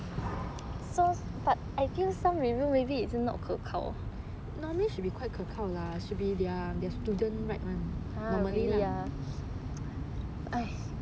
normally should be quite 可靠 lah should be their students write [one] normally leh